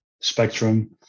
spectrum